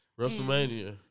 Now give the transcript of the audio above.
WrestleMania